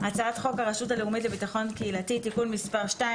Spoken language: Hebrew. הרשות הלאומית לביטחון קהילתי (תיקון מס'),